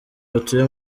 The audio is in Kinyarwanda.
batuye